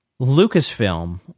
Lucasfilm